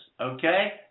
okay